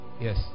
Yes